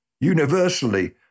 Universally